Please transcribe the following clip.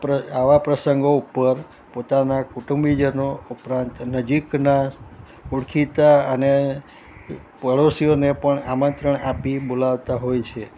આવા પ્રસંગો ઉપર પોતાના કુટુંબીજનો ઉપરાંત નજીકના ઓળખીતા અને પડોસીઓને પણ આમંત્રણ આપી બોલાવતાં હોય છે